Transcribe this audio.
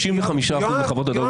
95 אחוזים מחוות הדעת המקצועיות,